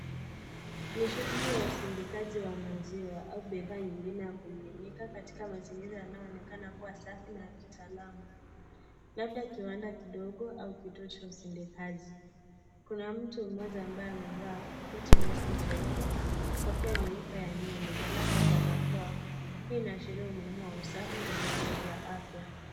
Ni shughuli ya usindikaji wa maziwa au bidhaa nyingine ya kumiminika katika mazingira yanaoonekana kuwa safi na ya kitaalam, labda kiwanda kidogo au kituo cha usindikaji, kuna mtu mmoja ambaye amevaaa koti refu jeupe, kofia nyeupe ya nywele na labda barakoa, hii inaashiria umuhimu wa usafi na viwango vya afya.